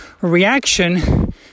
reaction